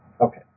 Okay